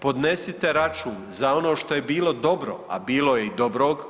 Podnesite račun za ono što je bilo dobro, a bilo je i dobrog.